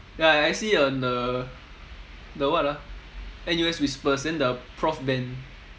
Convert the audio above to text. ya I see on the the what ah N_U_S whispers then the prof ben